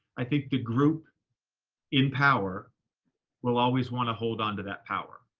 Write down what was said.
i think the group in power will always want to hold on to that power.